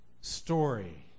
story